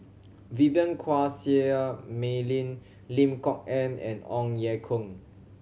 Vivien Quahe Seah Mei Lin Lim Kok Ann and Ong Ye Kung